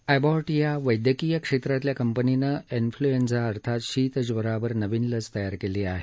Abbott या वैद्यकीय क्षेत्रातल्या कंपनीनं इन्फय्एंझा अर्थात शीतज्वरावर नवीन लस तयार केली आहे